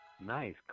Nice